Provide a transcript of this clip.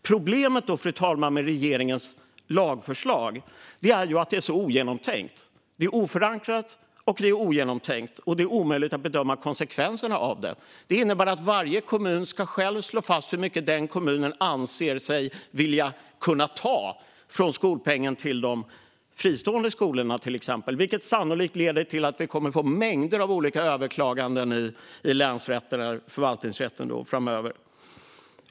Problemet, fru talman, med regeringens lagförslag är att det är så ogenomtänkt. Det är oförankrat och ogenomtänkt, och det är omöjligt att bedöma konsekvenserna av det. Förslaget innebär att varje kommun själv ska slå fast hur mycket kommunen anser sig kunna ta från skolpengen till de fristående skolorna, till exempel, vilket sannolikt leder till att det kommer att bli mängder av överklaganden i länsrätter och förvaltningsrätten framöver.